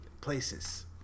places